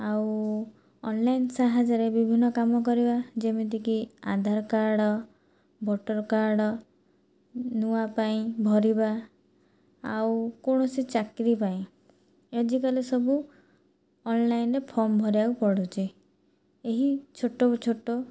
ଆଉ ଅନ୍ଲାଇନ୍ ସାହାଯ୍ୟରେ ବିଭିନ୍ନ କାମ କରିବା ଯେମିତିକି ଆଧାର କାର୍ଡ଼ ଭୋଟର କାର୍ଡ଼ ନୂଆ ପାଇଁ ଭରିବା ଆଉ କୌଣସି ଚାକିରି ପାଇଁ ଆଜିକାଲି ସବୁ ଅନ୍ଲାଇନ୍ରେ ଫର୍ମ ଭରିବାକୁ ପଡ଼ୁଛି ଏହି ଛୋଟ ଛୋଟ